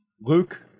Luke